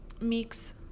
mix